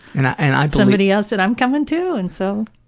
and ah somebody else said, i'm coming too! and so,